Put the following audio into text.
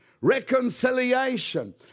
reconciliation